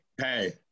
hey